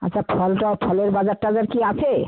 আচ্ছা ফলটা ফলের বাজার টাজার কি আছে